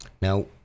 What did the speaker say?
Now